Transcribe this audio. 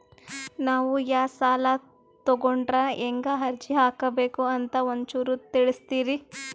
ನಾವು ಯಾ ಸಾಲ ತೊಗೊಂಡ್ರ ಹೆಂಗ ಅರ್ಜಿ ಹಾಕಬೇಕು ಅಂತ ಒಂಚೂರು ತಿಳಿಸ್ತೀರಿ?